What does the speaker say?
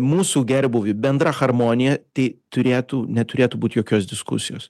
mūsų gerbūvį bendrą harmoniją tai turėtų neturėtų būt jokios diskusijos